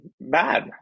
bad